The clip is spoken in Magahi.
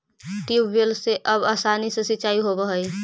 ट्यूबवेल से अब आसानी से सिंचाई होवऽ हइ